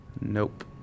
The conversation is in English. Nope